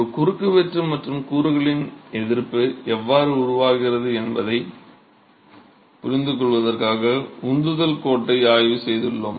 ஒரு குறுக்குவெட்டு மற்றும் கூறுகளின் எதிர்ப்பு எவ்வாறு உருவாகிறது என்பதைப் புரிந்துகொள்வதற்காக உந்துதல் கோட்டை ஆய்வு செய்துள்ளோம்